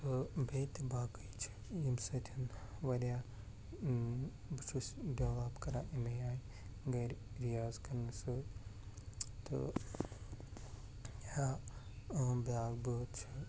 تہٕ بیٚیہِ تہِ باقٕے چھِ ییٚمہِ سۭتۍ وارِیاہ بہٕ چھُس بٮ۪واپ کَران ایٚمے آیہِ گَرِ رِیاز کرنہٕ سۭتۍ تہٕ یا بیٛاکھ بٲتھ چھُ